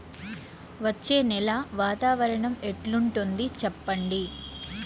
వచ్చే నెల వాతావరణం ఎట్లుంటుంది చెప్పండి?